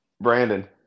Brandon